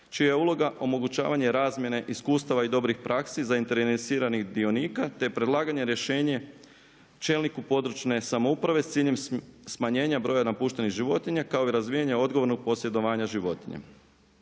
čija je uloga omogućavanje razmjene iskustava i dobrih praksi zainteresiranih dionika te predlaganje rješenja čelniku područne samouprave s ciljem smanjenja broja napuštenih životinja kao i razvijanje odgovornog posjedovanja života.